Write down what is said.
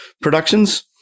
productions